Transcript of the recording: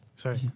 Sorry